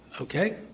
Okay